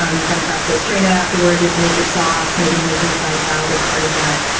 um you kind of have to strain it afterwards. you have to make your sauce. maybe you're making a side salad as part of that.